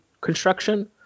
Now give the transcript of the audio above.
construction